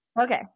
okay